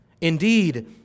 Indeed